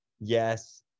Yes